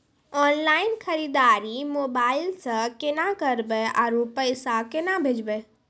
Online खरीददारी mobile से केना करबै, आरु पैसा केना भेजबै?